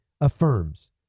affirms